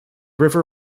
river